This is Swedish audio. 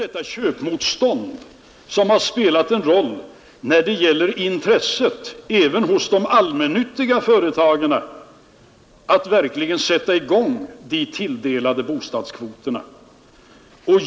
Detta köpmotstånd har spelat en roll när det gäller intresset även hos de allmännyttiga företagen att verkligen sätta i gång med de tilldelade bostadskvoterna.